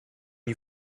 you